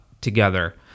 together